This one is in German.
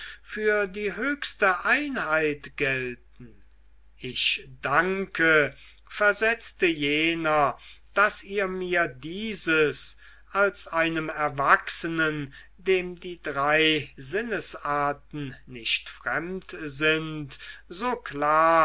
für die höchste einheit gelten ich danke versetzte jener daß ihr mir dieses als einem erwachsenen dem die drei sinnesarten nicht fremd sind so klar